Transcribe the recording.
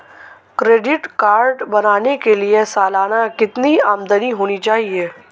Credit card बनाने के लिए सालाना कितनी आमदनी होनी चाहिए?